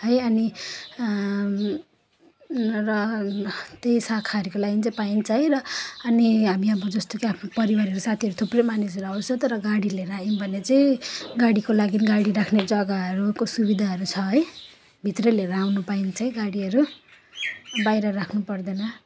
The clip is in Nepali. है अनि र त्यही शाकाहारीको लागि चाहिँ पाइन्छ है र अनि हामी अब जस्तो कि हाम्रो परिवार साथीहरू थुप्रै मानिसहरू आउँछ तर गाडी ल्याएर आयौँ भने चाहिँ गाडीको लागि गाडी राख्ने जग्गाहरूको सुविधाहरू छ है भित्रै ल्याएर आउन पाइन्छ है गाडीहरू बाहिर राख्नुपर्दैन